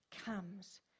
comes